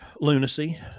Lunacy